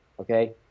okay